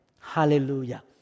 Hallelujah